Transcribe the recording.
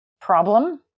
problem